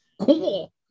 Cool